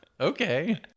Okay